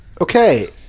Okay